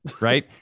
Right